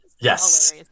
Yes